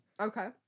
Okay